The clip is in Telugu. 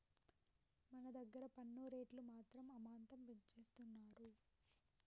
మన దగ్గర పన్ను రేట్లు మాత్రం అమాంతం పెంచేస్తున్నారు